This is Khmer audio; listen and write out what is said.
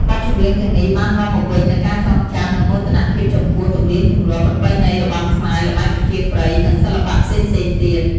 បទចម្រៀងទាំងនេះបាននាំមកវិញនូវការចងចាំ និងមោទនភាពចំពោះ ទំនៀមទម្លាប់ ប្រពៃណី របាំខ្មែរ ល្បែងប្រជាប្រិយ និងសិល្បៈផ្សេងៗទៀត។